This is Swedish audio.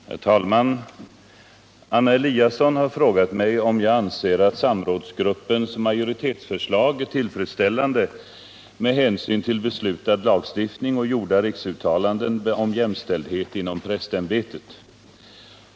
Herr talman! Anna Eliasson har frågat mig om jag anser att samrådsgruppens majoritetsförslag är tillfredsställande med hänsyn till beslutad lagstiftning och gjorda riksdagsuttalanden om jämställdhet inom prästämbetet.